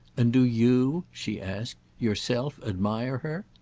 and do you, she asked, yourself admire her?